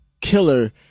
killer